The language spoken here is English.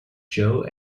joe